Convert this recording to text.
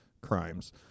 crimes